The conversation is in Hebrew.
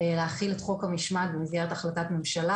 להחיל את חוק המשמעת במסגרת החלטת ממשלה,